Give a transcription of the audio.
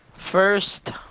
First